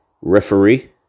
referee